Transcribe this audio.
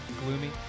gloomy